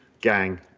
gang